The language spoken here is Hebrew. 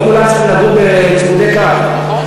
לא כולם צריכים לגור בצמודי קרקע,